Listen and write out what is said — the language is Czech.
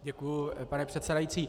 Děkuji, pane předsedající.